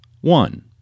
one